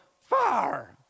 far